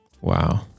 wow